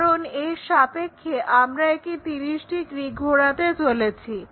কারণ এর সাপেক্ষে আমরা একে 30° ঘোরাতে চলেছি